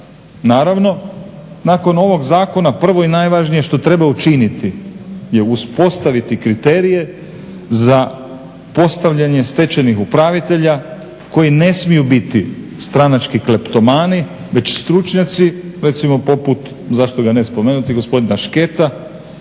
Naravno, nakon ovog zakona prvo i najvažnije što treba učiniti je uspostaviti kriterije za postavljanje stečajnih upravitelja koji ne smiju biti stranački kleptomani, već stručnjaci, recimo poput zašto ga ne spomenuti gospodina Šketa